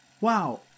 Wow